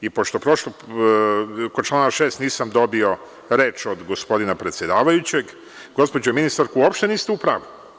Pošto kod člana 6. nisam dobio reč od gospodina predsedavajućeg, gospođo ministarka, uopšte niste u pravu.